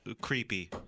creepy